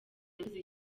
yavuze